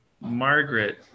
margaret